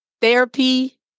Therapy